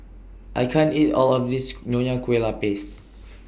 I can't eat All of This Nonya Kueh Lapis